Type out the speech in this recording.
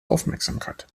aufmerksamkeit